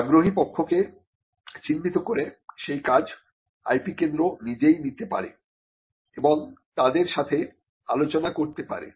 আগ্রহী পক্ষকে চিহ্নিত করে সেই কাজ IP কেন্দ্র নিজেই নিতে পারে এবং তাদের সঙ্গে আলোচনা করতে পারে